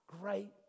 great